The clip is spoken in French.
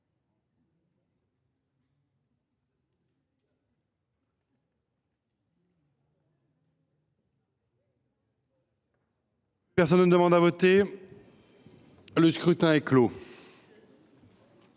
Personne ne demande plus à voter ?… Le scrutin est clos.